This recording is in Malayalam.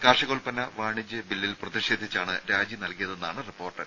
കാർഷികോൽപ്പന്ന വാണിജ്യ ബില്ലിൽ പ്രതിഷേധിച്ചാണ് രാജി നൽകിയതെന്നാണ് റിപ്പോർട്ട്